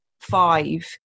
five